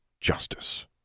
Justice